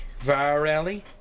Varelli